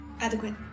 adequate